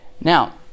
Now